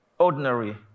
Ordinary